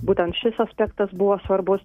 būtent šis aspektas buvo svarbus